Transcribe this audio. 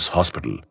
Hospital